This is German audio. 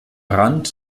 rand